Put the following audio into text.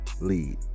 lead